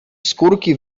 skórki